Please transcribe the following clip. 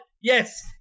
yes